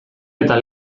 eta